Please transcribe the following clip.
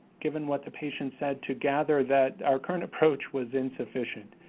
given what the patients had to gather, that our current approach was insufficient.